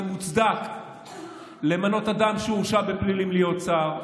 מוצדק למנות אדם שהורשע בפלילים להיות שר,